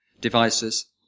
devices